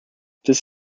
this